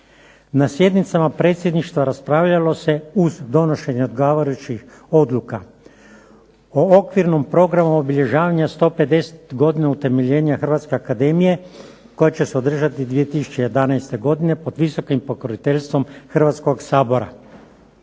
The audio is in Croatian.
Na sjednicama predsjedništva raspravljalo se uz donošenje odgovarajućih odluka o Okvirnom programu obilježavanja 150 godina utemeljenja Hrvatske akademije koja će se održati 2011. godine pod visokim pokroviteljstvo Hrvatskoga sabora.